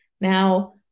Now